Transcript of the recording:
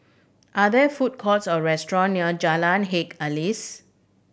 are there food courts or restaurant near Jalan Haji Alias